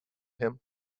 him